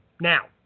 now